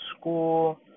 school